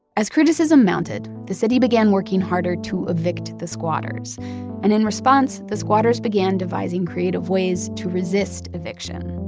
as criticism mounted, the city began working harder to evict the squatters and in response, the squatters began devising creative ways to resist eviction.